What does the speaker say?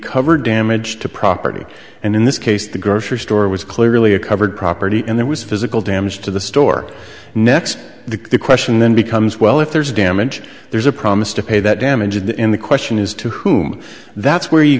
covered damage to property and in this case the grocery store was clearly a covered property and there was physical damage to the store next to the question then becomes well if there's damage there's a promise to pay that damage in the in the question is to whom that's where you